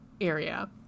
area